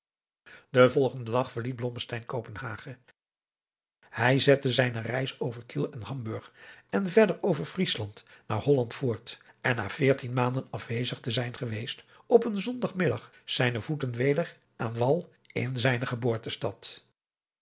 den volgenden dag verliet blommesteyn kopenhagen hij zette zijne reis over kiel en hamburg en verder over vriesland naar holland voort en na veertien maanden afwezig te zijn geweest op een zondag middag zijne voeten weder aan wal in zijne geboortestad